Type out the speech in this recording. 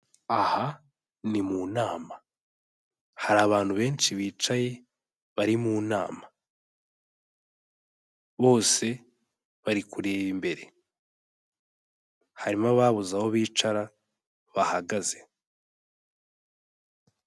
Aha ni mu nama. Hari abantu benshi bicaye, bari mu nama. Bose bari kureba imbere. Harimo ababuze aho bicara, bahagaze.